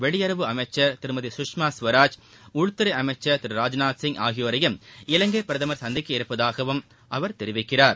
வெளியுறவு அமைச்சர் திருமதி கஷ்மா கவராஜ் உள்துறை அமைச்சர் திரு ராஜ்முத் சிங் ஆகியோரையும் இலங்கை பிரதமர் சந்திக்க உள்ளதாகவும்அவர் தெரிவிக்கிறார்